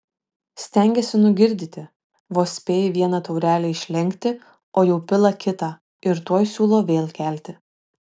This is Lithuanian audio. stengėsi nugirdyti vos spėji vieną taurelę išlenkti o jau pila kitą ir tuoj siūlo vėl kelti